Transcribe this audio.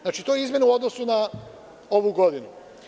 Znači, to je izmena u odnosu na ovu godinu.